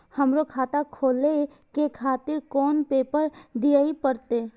हमरो खाता खोले के खातिर कोन पेपर दीये परतें?